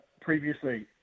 previously